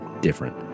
different